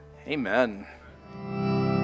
Amen